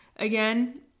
again